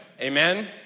amen